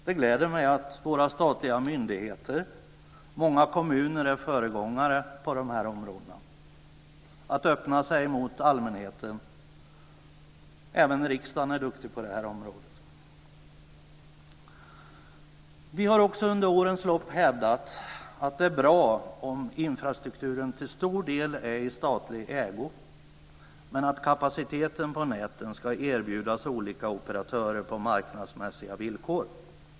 Det gläder mig att våra statliga myndigheter och många kommuner är föregångare när det gäller att öppna sig mot allmänheten. Även riksdagen är duktig på det här området. Vi har också under årens lopp hävdat att det är bra om infrastrukturen till stor del är i statlig ägo men att kapaciteten på näten ska erbjudas olika operatörer på marknadsmässiga villkor.